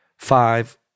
Five